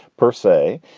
persay.